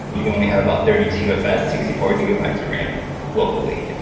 you only have about thirty two at best, sixty four gigabytes of ram locally.